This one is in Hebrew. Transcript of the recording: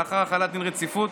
לאחר החלת דין רציפות,